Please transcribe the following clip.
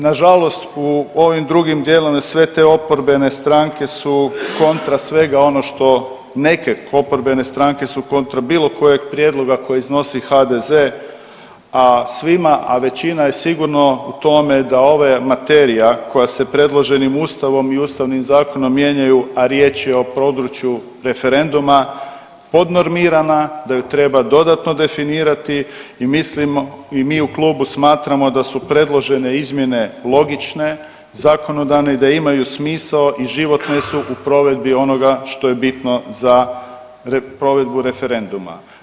Nažalost u ovim drugim dijelima, sve te oporbene stranke su kontra svega ono što neke oporbene stranke su kontra bilo kojeg prijedloga koje iznosi HDZ, a svima, a većina je sigurno u tome da ova materija koja se predloženim Ustavom i ustavnim zakonima mijenjaju, a riječ je o području referenduma, podnormirana, da ju treba dodatno definirati i mislimo i mi u klubu smatramo da su predložene izmjene logične zakonodavne i da imaju smisao i životne su u provedbi onoga što je bitno za provedbu referenduma.